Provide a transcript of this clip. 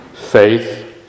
Faith